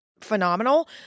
phenomenal